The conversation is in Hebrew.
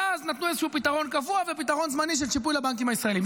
ואז נתנו איזשהו פתרון קבוע ופתרון זמני של שיפוי לבנקים הישראליים.